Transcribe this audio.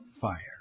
fire